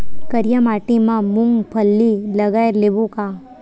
करिया माटी मा मूंग फल्ली लगय लेबों का?